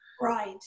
right